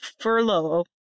furlough